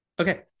okay